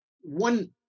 one